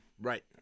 Right